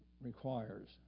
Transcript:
requires